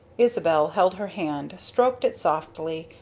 isabel held her hand, stroked it softly,